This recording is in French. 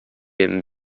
aimes